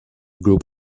group